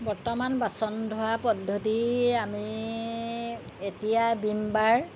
বৰ্তমান বাচন ধোৱা পদ্ধতি আমি এতিয়া বিমবাৰ